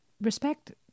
respect